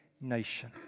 nation